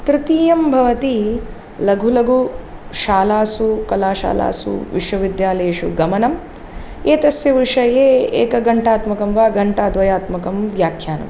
तृतीयं भवति लघु लघु शालासु कलाशालासु विश्वविद्यालयेषु गमनं एतस्य विषये एकघण्टात्मकं वा घण्टाद्वयात्मकं व्याख्यानं